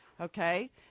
Okay